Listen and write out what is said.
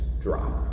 drop